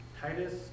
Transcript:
Titus